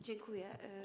Dziękuję.